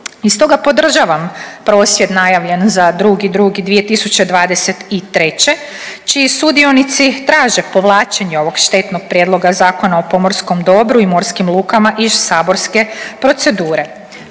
I stoga podržavam prosvjed najavljen za 2.2.2023. čiji sudionici traže povlačenje ovog štetnog prijedloga Zakona o pomorskom dobru i morskim lukama iz saborske procedure.